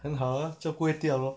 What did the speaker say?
很好 lah 就不会掉 lor